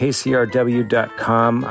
KCRW.com